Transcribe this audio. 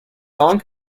song